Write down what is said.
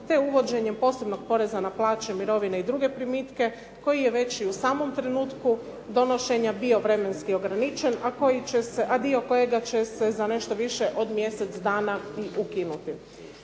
te uvođenjem posebnog poreza na plaće, mirovine i druge primitke koji je već i u samom trenutku donošenja bio vremenski ograničen, a dio kojega će se za nešto više od mjesec dana i ukinuti.